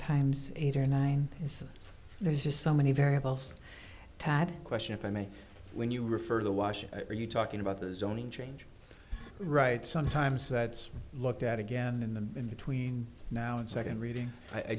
times eight or nine is there's just so many variables tad question if i may when you refer to the washer are you talking about the zoning change right sometimes that's looked at again in the in between now and second reading i